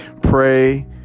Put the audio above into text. Pray